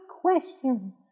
question